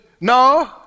no